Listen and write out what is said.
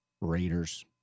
Raiders